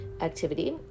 Activity